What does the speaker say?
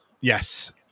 Yes